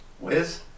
Wiz